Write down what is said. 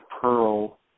Pearl